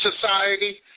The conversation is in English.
society